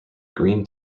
green